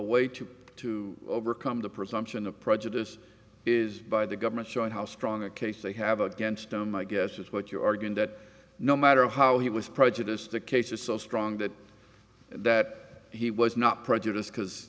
way to to overcome the presumption of prejudice is by the government showing how strong a case they have against them i guess is what you're arguing that no matter how he was prejudiced the case was so strong that that he was not prejudiced because